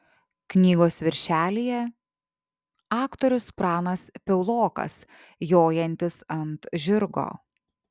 knygos viršelyje aktorius pranas piaulokas jojantis ant žirgo